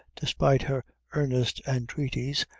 despite her earnest entreaties,